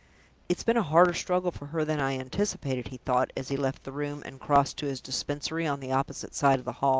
it's been a harder struggle for her than i anticipated, he thought, as he left the room, and crossed to his dispensary on the opposite side of the hall.